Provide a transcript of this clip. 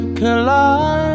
collide